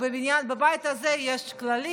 אבל קראתי את שמך,